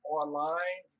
online